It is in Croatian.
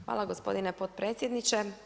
Hvala gospodine potpredsjedniče.